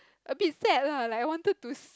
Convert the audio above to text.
a bit sad lah like I wanted to s~